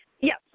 Yes